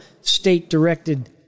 state-directed